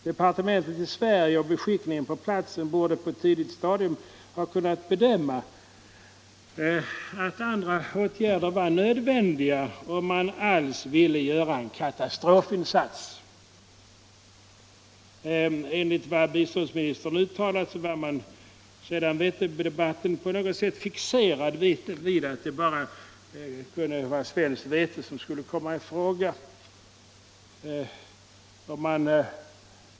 Departementet i Sverige och beskickningen på platsen borde på ett tidigt stadium ha kunnat bedöma att andra åtgärder var nödvändiga om man över huvud taget skulle göra en katastrofinsats. Enligt vad biståndsministern har uttalat var man, sedan vetedebatten, på något sätt fixerad vid att bara svenskt vete skulle kunna komma i fråga.